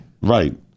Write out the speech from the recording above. Right